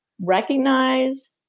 recognize